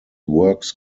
works